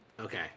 okay